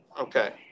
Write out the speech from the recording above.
Okay